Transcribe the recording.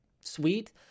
sweet